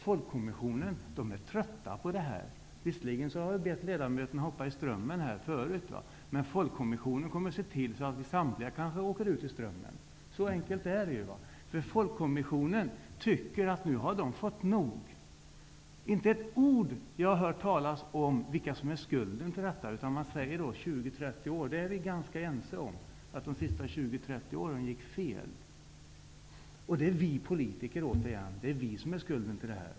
Folkkommissionen är trötta på detta. Visserligen har jag förut bett ledamöterna hoppa i strömmen. Men Folkkommissionen kommer att se till att kanske samtliga åker ut i strömmen. Så enkelt är det. Folkkommissionen tycker att den har fått nog nu. Jag har inte hört ett ord om vilka som är skulden till detta. Vi är ganska ense om att de sista 20--30 åren gick fel. Det är vi politiker som bär skulden till detta.